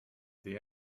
the